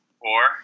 Four